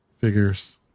figures